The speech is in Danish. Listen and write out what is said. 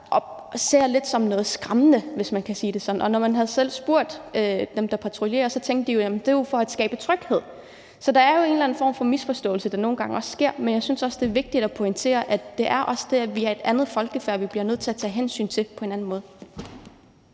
der ser som noget lidt skræmmende, hvis man kan sige det sådan. Og når man selv har spurgt dem, der patruljerer, så sagde de, at de jo tænkte, at det var for at skabe tryghed. Så der er jo en eller anden form for misforståelse, der nogle gange opstår. Men jeg synes også, det er vigtigt at pointere, at det også er der, vi er et andet folkefærd, som man bliver nødt til at tage hensyn til på en anden måde.